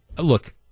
Look